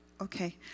Okay